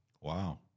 Wow